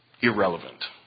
irrelevant